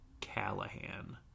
Callahan